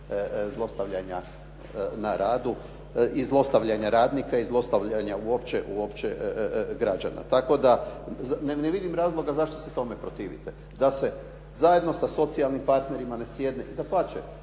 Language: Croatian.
zlostavljanju na radu i zlostavljanja radnika i zlostavljanja uopće građana. Tako da, ne vidim razloga zašto se tome protivite, da se zajedno sa socijalnim partnerima ne sjedne, dapače,